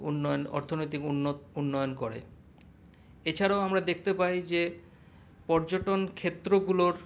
উন্নয়ন অর্থনৈতিক উন উন্নয়ন করে এছাড়াও আমরা দেখতে পাই যে পর্যটন ক্ষেত্রগুলোর